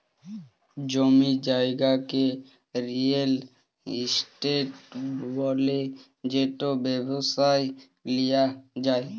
জমি জায়গাকে real estate ব্যলে যেট ব্যবসায় লিয়া যায়